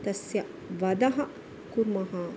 तस्य वधं कुर्मः